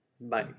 Bye